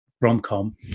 rom-com